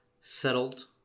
settled